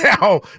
now